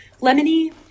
lemony